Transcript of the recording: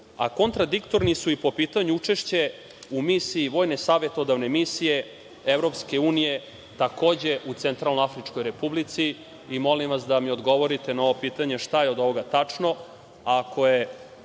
a kontradiktorni su i po pitanju učešće u misiji Vojnosavetodavne misije Evropske unije, takođe u Centralnoafričkoj Republici i molim vas da mi odgovorite na ovo pitanje, šta je od ovoga tačno? Ako je